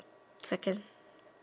seconds